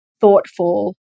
thoughtful